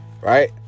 right